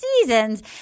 seasons